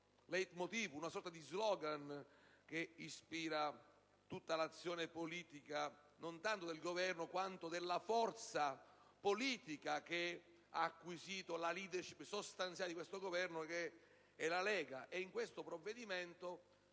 *leit motiv*, una sorta di *slogan* che ispira tutta l'azione politica non tanto del Governo, quanto della forza politica che ne ha acquisito la *leadership* sostanziale, cioè la Lega.